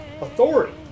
authority